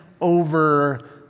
over